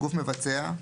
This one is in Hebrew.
"גוף מבצע"